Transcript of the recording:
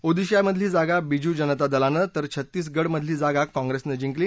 ओदिशामधली जागा बिजू जनता दलानं तर छत्तीसगड मधली जागा काँग्रेसनं जिंकली